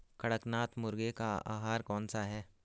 कड़कनाथ मुर्गे का आहार कौन सा है?